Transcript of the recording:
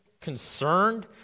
concerned